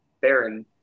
Baron